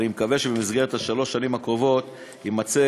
אני מקווה שבמסגרת שלוש השנים הקרובות יימצא